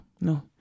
No